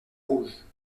rouges